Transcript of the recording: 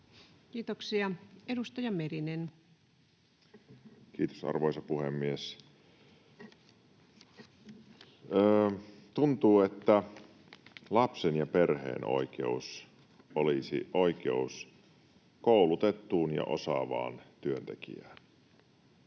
Time: 19:32 Content: Kiitos, arvoisa puhemies! Tuntuu, että lapsen ja perheen oikeus olisi oikeus koulutettuun ja osaavaan työntekijään.